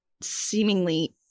seemingly